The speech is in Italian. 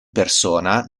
persona